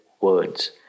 words